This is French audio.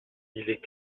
est